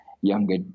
younger